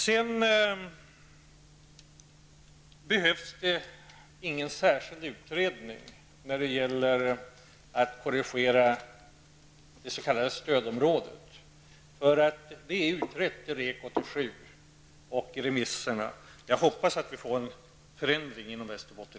Det behövs ingen särskild utredning för att korrigera det s.k. stödområdet. Det utreddes 1987 och synpunkter lades fram i remisserna. Jag hoppas att vi inom kort får en förändring i Västerbotten.